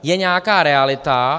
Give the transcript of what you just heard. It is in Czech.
Je nějaká realita.